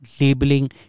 labeling